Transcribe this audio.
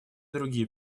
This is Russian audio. другие